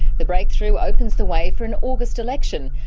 the breakthrough opens the way for an august election.